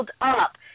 up